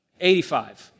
85